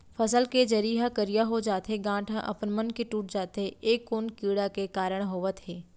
फसल के जरी ह करिया हो जाथे, गांठ ह अपनमन के टूट जाथे ए कोन कीड़ा के कारण होवत हे?